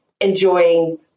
enjoying